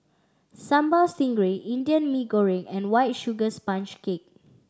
Sambal Stingray Indian Mee Goreng and White Sugar Sponge Cake